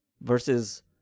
versus